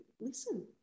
listen